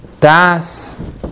Das